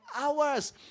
hours